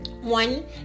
One